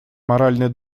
моральный